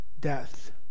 death